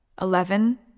Eleven